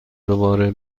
دوباره